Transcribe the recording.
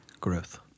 growth